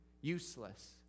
useless